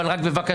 אבל רק בבקשה,